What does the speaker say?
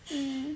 mm